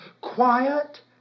quiet